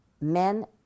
Men